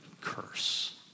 curse